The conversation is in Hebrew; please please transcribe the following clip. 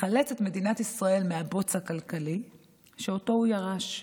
לחלץ את מדינת ישראל מהבוץ הכלכלי שהוא ירש,